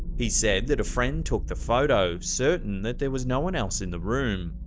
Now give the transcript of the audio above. he said that a friend took the photo, certain that there was no one else in the room.